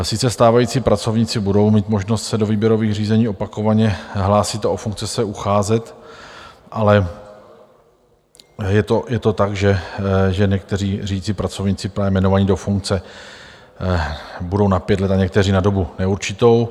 Sice stávající pracovníci budou mít možnost se do výběrových řízení opakovaně hlásit a o funkci se ucházet, ale je to tak, že někteří řídící pracovníci právě jmenovaní do funkce budou na pět let a někteří na dobu neurčitou.